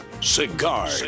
Cigar